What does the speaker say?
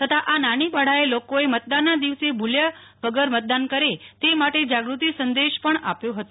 તથા આ નાની બાળાએ લોકોએ મતદાનના દિવસે ભૂલ્યા ભૂલ્યા વગર મતદાન કરે તે માટે જાગૃતિ સંદેશ પણ આપ્યો હતો